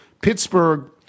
Pittsburgh